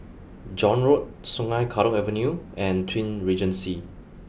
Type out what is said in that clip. John Road Sungei Kadut Avenue and Twin Regency